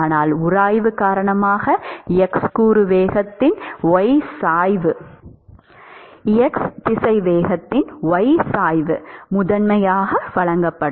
ஆனால் உராய்வு காரணமாக x கூறு வேகத்தின் y சாய்வு x திசைவேகத்தின் y சாய்வு முதன்மையாக வழங்கப்படும்